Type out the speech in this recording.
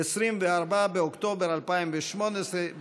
24 באוקטובר 2018,